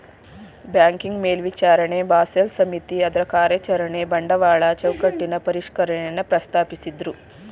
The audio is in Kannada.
ಬ್ಯಾಂಕಿಂಗ್ ಮೇಲ್ವಿಚಾರಣೆ ಬಾಸೆಲ್ ಸಮಿತಿ ಅದ್ರಕಾರ್ಯಚರಣೆ ಬಂಡವಾಳ ಚೌಕಟ್ಟಿನ ಪರಿಷ್ಕರಣೆಯನ್ನ ಪ್ರಸ್ತಾಪಿಸಿದ್ದ್ರು